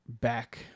back